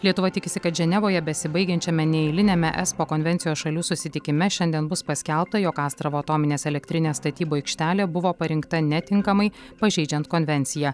lietuva tikisi kad ženevoje besibaigiančiame neeiliniame espo konvencijos šalių susitikime šiandien bus paskelbta jog astravo atominės elektrinės statybų aikštelė buvo parinkta netinkamai pažeidžiant konvenciją